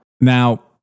Now